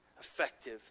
effective